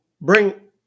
bring